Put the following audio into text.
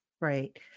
right